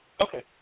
Okay